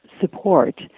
support